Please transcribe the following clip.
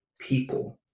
people